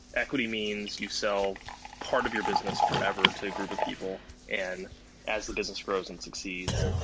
equity means you sell part of your business forever to a group of people. and as the business grows and succeeds,